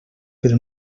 però